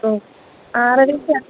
മ്മ് ആറരയ്ക്കാണ്